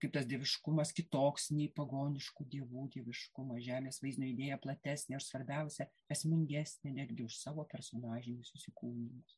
kaip tas dieviškumas kitoks nei pagoniškų dievų dieviškumas žemės vaizdinio idėja platesnė ir svarbiausia esmingesnė netgi už savo personažinius įsikūnijimus